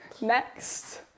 Next